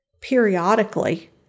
periodically